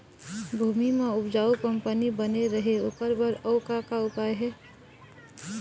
भूमि म उपजाऊ कंपनी बने रहे ओकर बर अउ का का उपाय हे?